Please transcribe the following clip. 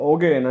Okay